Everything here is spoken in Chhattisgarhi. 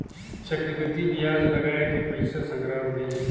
चक्रबृद्धि बियाज लगाय के पइसा संघरात गइस